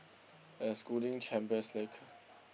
excluding Champions-League